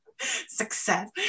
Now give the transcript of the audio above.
Success